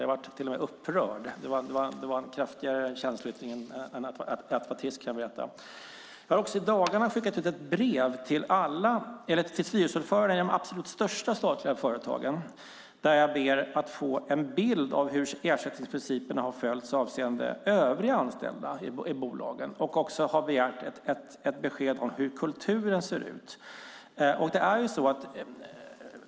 Jag blev till och med upprörd. Det var en kraftigare känsloyttring än att det var trist, kan jag berätta. Jag har i dagarna skickat ut ett brev till styrelseordförandena i de absolut största statliga företagen där jag ber att få en bild av hur ersättningsprinciperna har följts vad gäller övriga anställda i bolagen. Jag har också begärt ett besked om hur kulturen ser ut.